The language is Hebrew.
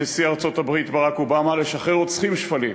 נשיא ארצות-הברית ברק אובמה, לשחרר רוצחים שפלים,